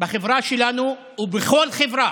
בחברה שלנו, ובכל חברה.